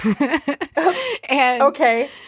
Okay